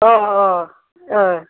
অ' অ' অ'